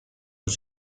los